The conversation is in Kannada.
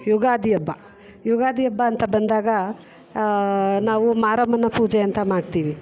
ಯುಗಾದಿ ಹಬ್ಬ ಯುಗಾದಿ ಹಬ್ಬ ಅಂತ ಬಂದಾಗ ನಾವು ಮಾರಮ್ಮನ ಪೂಜೆ ಅಂತ ಮಾಡ್ತೀವಿ